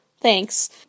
thanks